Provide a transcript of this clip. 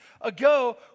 ago